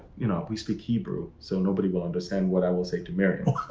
you know, we speak hebrew, so nobody will understand what i will say to mary.